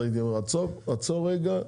הייתי אומר עצור רגע,